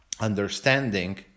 understanding